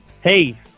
hey